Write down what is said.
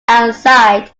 outside